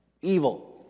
evil